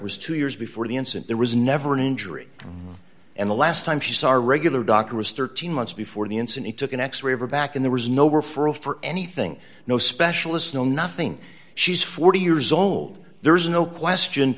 was two years before the incident there was never an injury and the last time she saw our regular doctor was thirteen months before the incident took an x ray of her back in there was no referral for anything no specialists no nothing she's forty years old there's no question